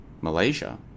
Malaysia